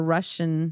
Russian